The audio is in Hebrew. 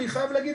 אני חייב להגיד,